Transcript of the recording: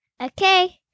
Okay